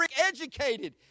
educated